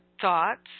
thoughts